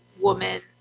woman